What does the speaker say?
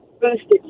boosted